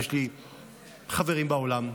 יש לי חברים בעולם,